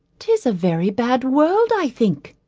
tis a very bad world i think,